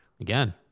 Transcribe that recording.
Again